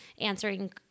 answering –